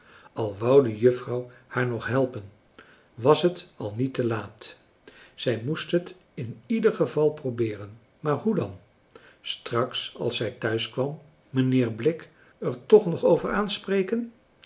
wou de juffrouw haar nog helpen was het al niet te laat zij moest het in ieder geval probeeren maar hoe dan straks als zij thuis kwam mijnheer blik er toch nog over aanspreken